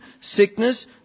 sickness